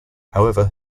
however